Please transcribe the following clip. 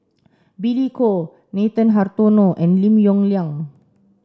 Billy Koh Nathan Hartono and Lim Yong Liang